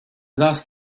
last